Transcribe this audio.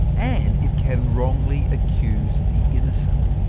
and it can wrongly accuse the innocent.